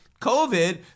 COVID